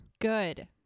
Good